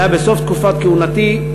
זה היה בסוף תקופת כהונתי,